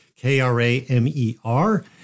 K-R-A-M-E-R